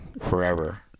forever